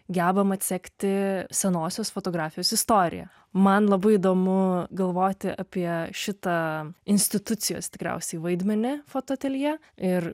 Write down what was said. gebam atsekti senosios fotografijos istoriją man labai įdomu galvoti apie šitą institucijos tikriausiai vaidmenį fotoateljė ir